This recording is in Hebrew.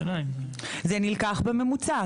זה נלקח בממוצע.